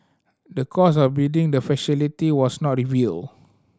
the cost of building the facility was not revealed